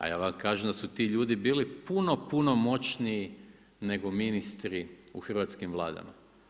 A ja vam kažem da su ti ljudi bili puno, puno moćniji nego ministri u hrvatskim vladama.